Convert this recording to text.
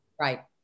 Right